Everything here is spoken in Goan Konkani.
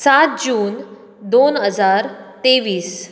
सात जून दोन हजार तेवीस